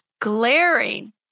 glaring